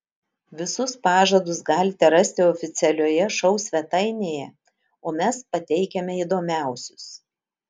visus pažadus galite rasti oficialioje šou svetainėje o mes pateikiame įdomiausius